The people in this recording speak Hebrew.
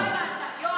לא, לא הבנת, יואב.